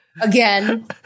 again